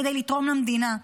כדי לתרום למדינה.